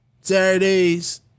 Saturdays